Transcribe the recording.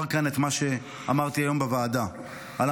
אומר כאן את מה שאמרתי היום בוועדה: על